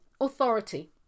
authority